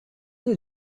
did